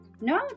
No